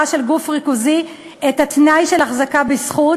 של גוף ריכוזי את התנאי של החזקה בזכות,